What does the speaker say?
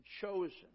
chosen